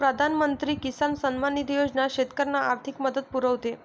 प्रधानमंत्री किसान सन्मान निधी योजना शेतकऱ्यांना आर्थिक मदत पुरवते